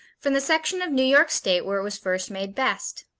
from the section of new york state where it was first made best.